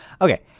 Okay